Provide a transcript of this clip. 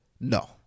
No